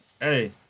Hey